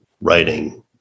writing